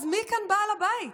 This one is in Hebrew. אז מה מי כאן בעל הבית?